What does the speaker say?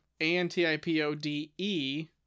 A-N-T-I-P-O-D-E